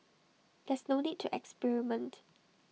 there's no need to experiment